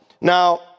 Now